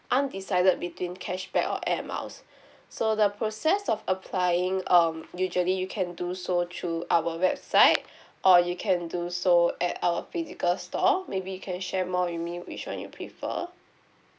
undecided between cashback or air miles so the process of applying um usually you can do so through our website or you can do so at our physical store maybe can share more with me which one you prefer